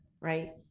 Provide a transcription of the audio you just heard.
right